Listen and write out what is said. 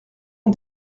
ont